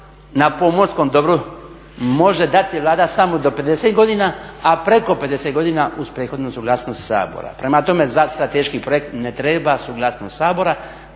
na pomorskom dobru može dati Vlada samo do 50 godina, a preko 50 godina uz prethodnu suglasnost Sabora. Prema tome, za strateški projekt ne treba suglasnost Sabora.